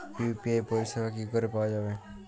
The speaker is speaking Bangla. ইউ.পি.আই পরিষেবা কি করে পাওয়া যাবে?